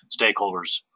stakeholders